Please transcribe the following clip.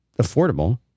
affordable